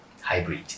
hybrid